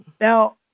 Now